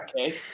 Okay